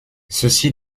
ceci